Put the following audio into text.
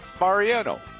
Mariano